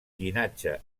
llinatge